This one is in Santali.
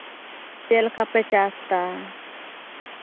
ᱪᱮᱫ ᱞᱮᱠᱟᱯᱮ ᱪᱟᱥᱫᱟ